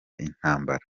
intambara